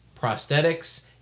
prosthetics